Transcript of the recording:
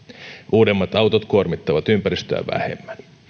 uudemmat autot kuormittavat ympäristöä vähemmän